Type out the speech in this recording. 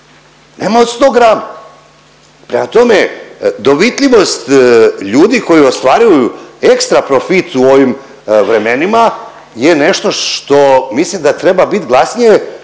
nema od 100 grama. Prema tome dovitljivost ljudi koji ostvaruju ekstra profit u ovim vremenima je nešto što mislim da treba bit glasnije